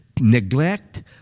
neglect